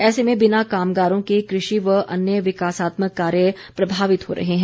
ऐसे में बिना कामगारों के कृषि व अन्य विकासात्मक कार्य प्रभावित हो रहे हैं